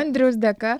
andriaus dėka